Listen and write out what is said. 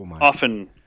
often